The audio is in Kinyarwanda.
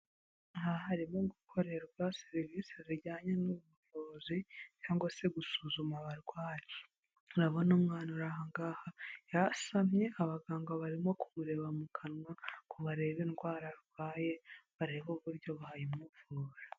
Aha harimo gukorerwa serivisi zijyanye n'ubuvuzi cyangwa se gusuzuma abarwayi. Urabona umwana uri aha ngaha yasamye, abaganga barimo kumureba mu kanwa ngo barebe indwara arwaye, barebe uburyo bayimuvura.